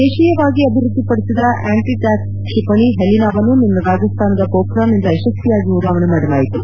ದೇಶೀಯವಾಗಿ ಅಭಿವೃದ್ದಿಪಡಿಸಿದ anti tank ಕ್ಷಿಪಣಿ ಹೆಲಿನಾ ವನ್ನು ನಿನ್ತೆ ರಾಜಸ್ತಾನದ ಪೋಖ್ರಾನ್ನಿಂದ ಯಶಸ್ವಿಯಾಗಿ ಉಡಾವಣೆ ಮಾಡಲಾಯಿತು